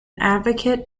advocate